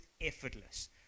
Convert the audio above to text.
effortless